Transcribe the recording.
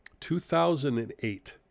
2008